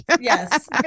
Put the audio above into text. Yes